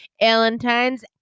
Valentine's